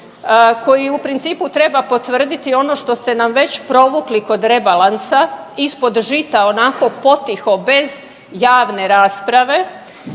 koji u principu treba potvrditi ono što ste nam već provukli kod rebalansa ispod žita, onako potiho bez javne rasprave